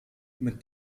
mit